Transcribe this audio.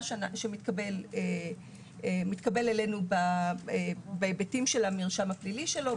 שמתקבל אלינו בהיבטים של המרשם הפלילי שלו,